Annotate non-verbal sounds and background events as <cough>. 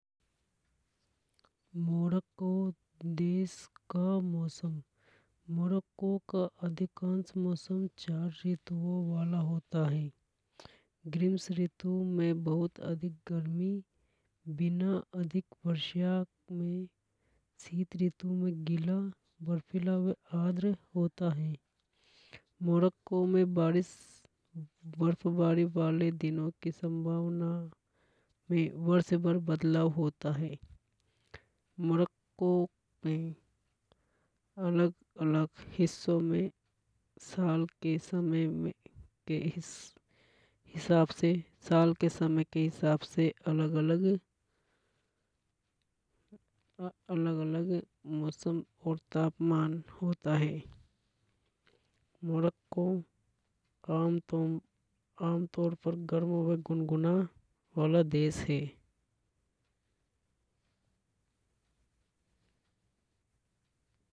मोड़को देश का मौसम मोड़को का अधिकांश मौसम चार ऋतुओं वाला होता है। ग्रीष्म ऋतु में बहुत अधिक गर्मी बिना अधिक वर्षा में शीत ऋतू में गिला बर्फीला व आर्द्र होता हे मोड़को में बारिश बर्फबारी वाले दिनों की संभावना व वर्ष भर बदलाव होता है। मोड़को में अलग अलग हिस्सों में साल के समय में <hesitation> साल के समय के हिसाब से अलग अलग <hesitation> अलग-अलग मौसम और तापमान होता हे मोड़को आम तौर पर गर्म व गुनगुना वाला देश।